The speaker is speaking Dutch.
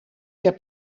heb